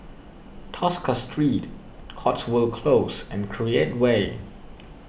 Tosca Street Cotswold Close and Create Way